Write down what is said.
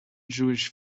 jewish